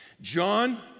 John